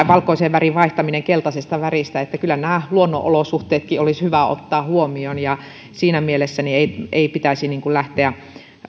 valkoiseen väriin vaihtamiseen keltaisesta väristä että kyllä nämä luonnonolosuhteetkin olisi hyvä ottaa huomioon siinä mielessä ei ei pitäisi lähteä